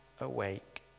awake